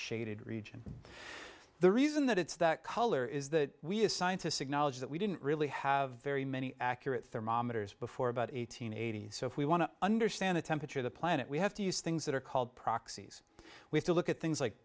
shaded region the reason that it's that color is that we as scientists acknowledge that we didn't really have very many accurate thermometers before about eight hundred eighty s so if we want to understand the temperature of the planet we have to use things that are called proxies we have to look at things like